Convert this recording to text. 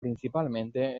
principalmente